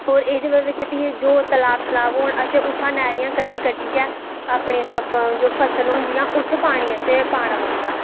और एहदे बिच फ्ही जो तलाब शलाब होन असें उत्थै नालियां कड्ढी कड्ढियै अपने जो फसलां होंदियां उत्थै पानी असें पाना पौंदा